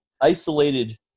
isolated